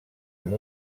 amb